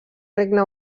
regne